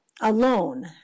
alone